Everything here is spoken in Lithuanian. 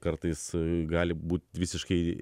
kartais gali būt visiškai